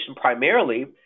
primarily